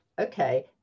okay